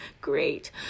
Great